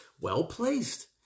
well-placed